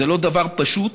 זה לא דבר פשוט,